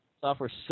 Software